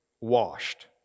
washed